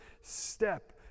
step